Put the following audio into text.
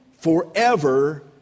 forever